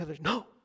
no